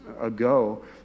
ago